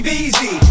easy